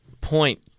point